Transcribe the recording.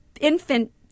infant